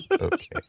Okay